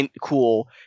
cool